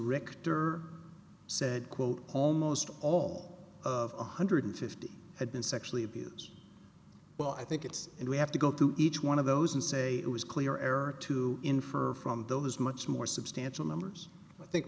richter said quote almost all of one hundred fifty had been sexually abuse well i think it's and we have to go through each one of those and say it was clear error to infer from those much more substantial numbers i think